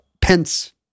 pence